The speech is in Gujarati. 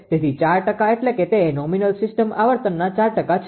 તેથી 4 ટકા એટલે કે તે નોમિનલ સિસ્ટમ આવર્તનના 4 ટકા છે